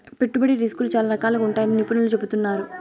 పెట్టుబడి రిస్కులు చాలా రకాలుగా ఉంటాయని నిపుణులు చెబుతున్నారు